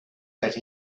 but